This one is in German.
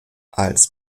als